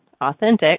authentic